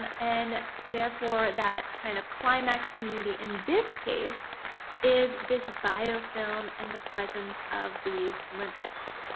and therefore that kind of climax community in this case is this biofilm and the presence of these limpets.